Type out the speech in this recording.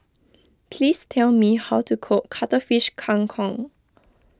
please tell me how to cook Cuttlefish Kang Kong